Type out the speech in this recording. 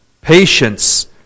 patience